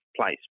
place